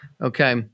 Okay